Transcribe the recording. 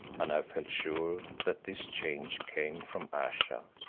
and i felt sure that this change came from ayesha,